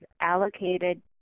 allocated